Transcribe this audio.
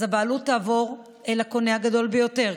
אז הבעלות תעבור אל הקונה הגדול ביותר.